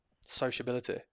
sociability